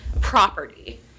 property